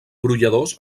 brolladors